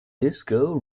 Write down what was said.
disco